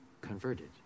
converted